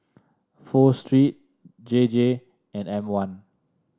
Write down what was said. Pho Street J J and M one